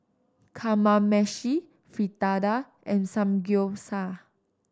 Kamameshi Fritada and Samgyeopsal